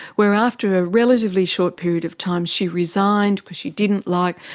where after a relatively short period of time she resigned because she didn't like,